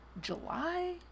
July